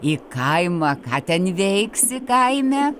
į kaimą ką ten veiksi kaime